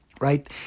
Right